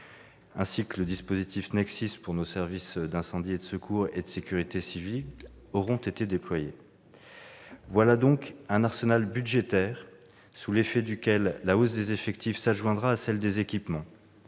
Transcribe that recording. ainsi que le dispositif Nex-Sys pour nos services d'incendie et de secours et de sécurité civile auront été déployés. Voilà donc un arsenal budgétaire sous l'effet duquel la hausse des effectifs s'adjoindra à celle des équipements.